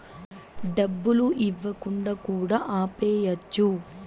డబ్బులు ఇవ్వకుండా కూడా ఆపేయచ్చు